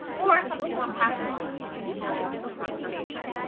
or something more practical with useful information.